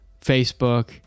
Facebook